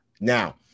Now